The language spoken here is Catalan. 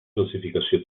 classificació